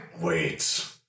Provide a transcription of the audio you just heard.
Wait